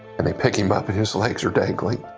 and they picked him up in his legs are dangling.